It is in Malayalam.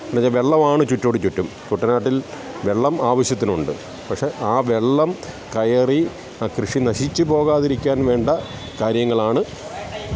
എന്താണെന്നുവെച്ചാൽ വെള്ളമാണ് ചുറ്റോടു ചുറ്റും കുട്ടനാട്ടിൽ വെള്ളം ആവശ്യത്തിനുണ്ട് പക്ഷേ ആ വെള്ളം കയറി ആ കൃഷി നശിച്ചു പോകാതിരിക്കാൻ വേണ്ട കാര്യങ്ങളാണ്